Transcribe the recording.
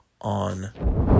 on